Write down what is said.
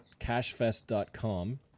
cashfest.com